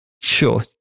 Sure